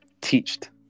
teached